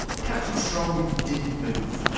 captain strong didn't move.